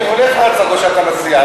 אני הולך להצגות שאתה מציע,